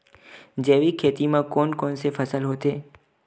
जैविक खेती म कोन कोन से फसल होथे?